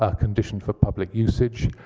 ah condition for public usage.